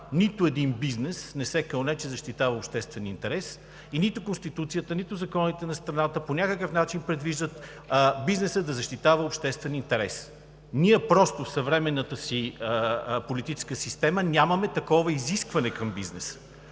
нито един бизнес не се кълне, че защитава обществен интерес, и нито Конституцията, нито законите на страната по някакъв начин предвиждат бизнесът да защитава обществен интерес. Ние просто в съвременната си политическа система нямаме такова изискване към бизнеса